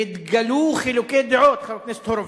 והתגלו חילוקי דעות, חבר הכנסת הורוביץ,